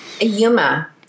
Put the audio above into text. Yuma